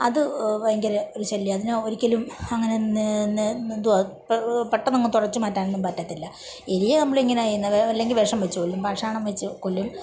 അത് ഭയങ്കര ഒരു ശല്യമാണ് അതിനെ ഒരിക്കലും അങ്ങനെ എന്തുവാ പെട്ടന്നങ്ങ് തുടച്ചു മാറ്റാനൊന്നും പറ്റത്തില്ല എലിയെ നമ്മളിങ്ങനെ ചെയ്യുന്ന അല്ലെങ്കിൽ വിഷം വെച്ച് കൊല്ലും പാഷാണം വെച്ച് കൊല്ലും